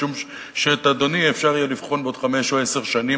משום שאת אדוני אפשר יהיה לבחון בעוד חמש או עשר שנים,